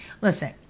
Listen